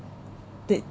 the